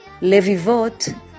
levivot